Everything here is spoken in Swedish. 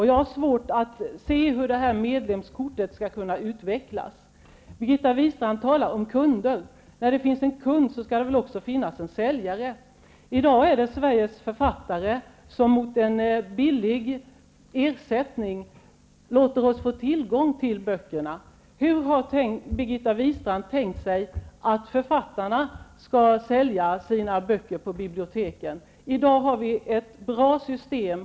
Jag har svårt att se på vilket sätt detta medlemskortet skall kunna utvecklas. Birgitta Wistrand talar om kunder. Men om det finns en kund skall det väl också finnas en säljare. I dag är det Sveriges författare som mot en liten ersättning låter oss få tillgång till böckerna. Hur har Birgitta Wistrand tänkt sig att författarna skall sälja sina böcker på biblioteken? I dag har vi ett bra system.